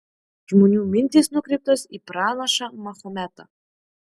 žmonių mintys nukreiptos į pranašą mahometą